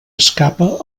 escapa